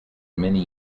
many